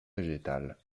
végétale